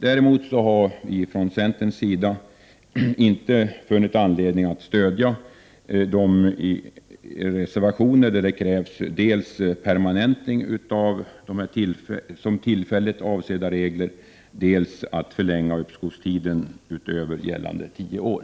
Däremot har vi från centerns sida inte funnit anledning att stödja de reservationer där det krävs dels permanentning av dessa tillfälligt avsedda regler, dels förlängning av uppskovstiderna utöver gällande tio år.